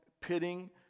pitting